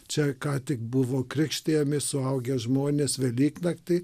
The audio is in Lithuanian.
čia ką tik buvo krikštijami suaugę žmonės velyknaktį